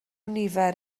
nifer